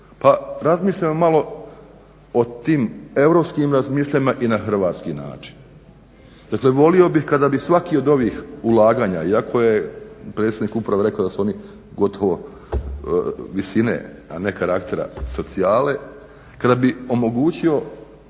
Pa razmišljamo malo o tim europskim razmišljanjima i na hrvatski način. Dakle, voli bih kad bi svaki od ovih ulaganja, iako je predsjednik uprave rekao da su oni gotovo visine, a ne karaktera socijale, kada bi omogućio,